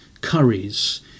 curries